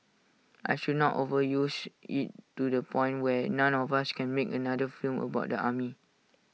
I should not overuse IT to the point where none of us can make another film about the army